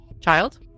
Child